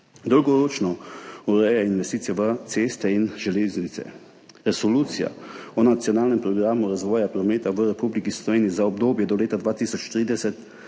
Dolgoročno ureja investicije v ceste in železnice Resolucija o nacionalnem programu razvoja prometa v Republiki Sloveniji za obdobje do leta 2030.